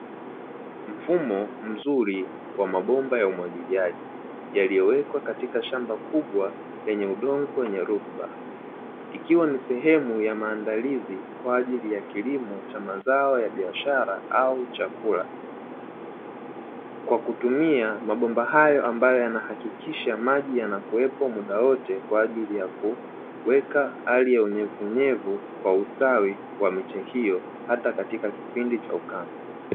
Mfumo mzuri wa mabomba ya umwagiliaji yaliyowekwa katika shamba kubwa lenye udongo wenye rutuba, ikiwa ni sehemu ya maandalizi kwa ajili ya kilimo cha mazao ya biashara au chakula kwa kutumia mabomba hayo ambayo yanahakikisha maji yanakuwepo muda wote kwa ajili ya kuweka hali ya unyevunyevu kwa ustawi wa nchi hiyo hata katika kipindi cha ukame.